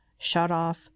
shutoff